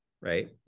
right